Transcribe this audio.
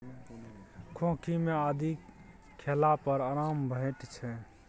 खोंखी मे आदि खेला पर आराम भेटै छै